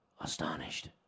astonished